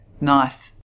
nice